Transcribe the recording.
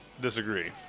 Disagree